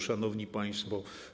Szanowni Państwo!